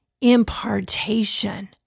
impartation